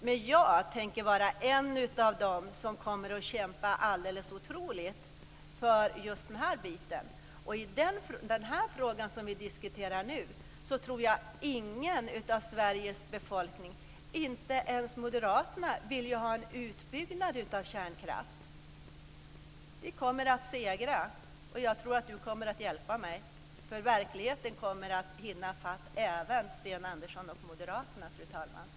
Men jag tänker vara en av dem som kommer att kämpa alldeles otroligt för just denna bit. Och i den fråga som vi nu diskuterar tror jag inte att någon i Sveriges befolkning, inte ens moderaterna, vill ha en utbyggnad av kärnkraften. Vi kommer att segra, och jag tror att Sten Andersson kommer att hjälpa mig, eftersom verkligheten kommer att hinna i fatt även Sten Andersson och moderaterna, fru talman.